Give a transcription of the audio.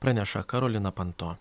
praneša karolina panto